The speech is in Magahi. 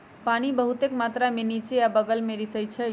पानी बहुतेक मात्रा में निच्चे आ बगल में रिसअई छई